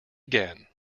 again